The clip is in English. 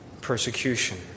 persecution